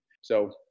so-